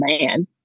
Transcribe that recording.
man